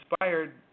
inspired